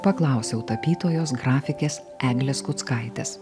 paklausiau tapytojos grafikės eglės kuckaitės